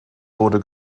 wurde